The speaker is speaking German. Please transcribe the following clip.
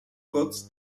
kurz